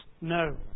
no